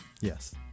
Yes